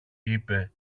είπε